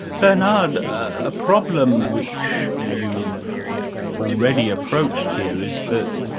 bernard, a problem which you've already approached here is that